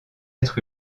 êtres